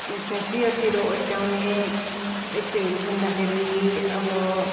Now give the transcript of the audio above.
चियरतिर ओछ्याउने यस्तैहरू बुन्दाखेरि अब